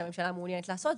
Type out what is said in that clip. שהממשלה מעוניינת לעשות,